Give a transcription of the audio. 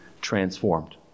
transformed